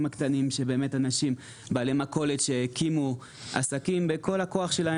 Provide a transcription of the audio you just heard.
הקטנים שבאמת אנשים בעלי מכולת שהקימו עסקים בכל הכוח שלהם